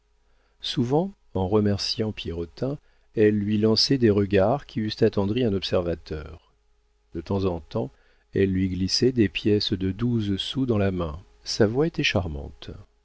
souvent en remerciant pierrotin elle lui lançait des regards qui eussent attendri un observateur de temps en temps elle lui glissait des pièces de douze sous dans la main sa voix était charmante